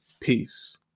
Peace